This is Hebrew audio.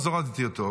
אז הורדתי אותו.